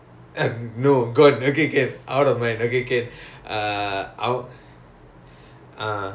I don't know sia okay okay maybe முகத்தை பார்த்தா தெரியும்:mukathai paartha theriyum lah